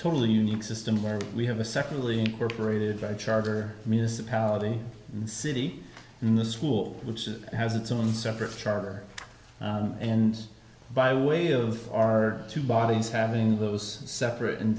totally unique system where we have a secondly incorporated i charter a municipality city in the school which is has its own separate charter and by way of our two bodies having those separate and